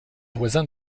voisin